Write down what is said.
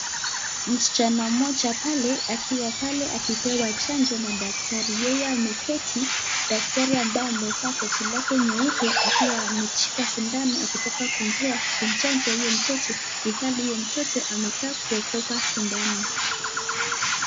Msichana mmoja pale akiwa pale akipewa chanjo na daktari. Yeye ameketi, daktari ambaye amevaa koti lake nyeupe akiwa ameshika sindano akitaka kumpea kumchanja huyo mtoto ilhali huyo mtoto amekaa kuogopa sindano.